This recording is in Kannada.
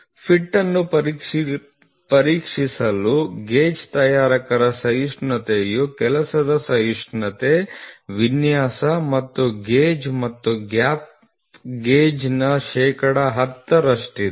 ಫಿಟ್ ಅನ್ನು ಪರೀಕ್ಷಿಸಲು ಗೇಜ್ ತಯಾರಕರ ಸಹಿಷ್ಣುತೆಯು ಕೆಲಸದ ಸಹಿಷ್ಣುತೆ ವಿನ್ಯಾಸ ಮತ್ತು ಗೇಜ್ ಮತ್ತು ಗ್ಯಾಪ್ ಗೇಜ್ನ ಶೇಕಡಾ 10 ರಷ್ಟಿದೆ